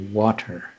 water